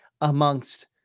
amongst